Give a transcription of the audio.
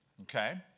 okay